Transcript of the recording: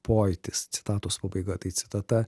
pojūtis citatos pabaiga tai citata